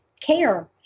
care